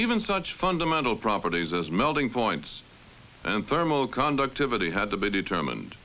even such fundamental properties as melting points and thermal conductivity had to be determined